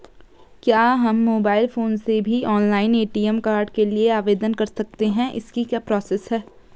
क्या हम mobile phone से भी ऑनलाइन ए.टी.एम कार्ड के लिए आवेदन कर सकते हैं इसकी क्या प्रोसेस है?